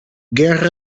guerra